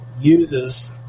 uses